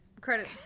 Credit